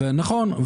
נכון.